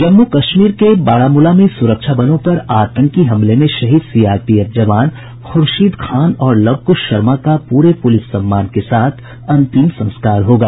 जम्मू कश्मीर के बारामूला में सुरक्षा बलों पर आतंकी हमले में शहीद सीआरपीएफ जवान खुर्शीद खान और लवकुश शर्मा का पूरे पुलिस सम्मान के साथ अंतिम संस्कार होगा